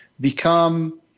become